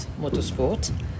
motorsport